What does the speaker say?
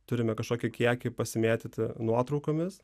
turime kažkokį kiekį pasimėtyti nuotraukomis